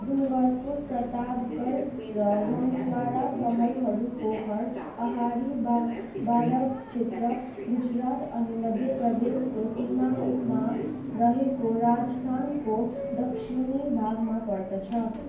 डुङ्गरपुर प्रतापगढ र बाँसवारा सहरहरूको घर पाहाडी वाडग क्षेत्र गुजरात अनि मध्य प्रदेशको सीमामा रहेको राजस्थानको दक्षिणी भागमा पर्दछ